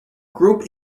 group